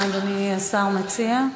מה אדוני השר מציע?